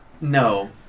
No